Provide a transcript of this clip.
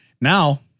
Now